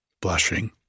blushing